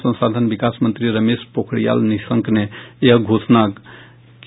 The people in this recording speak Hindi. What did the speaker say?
मानव संसाधन विकास मंत्री रमेश पोखरियाल निशंक ने यह घोषणा की